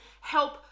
help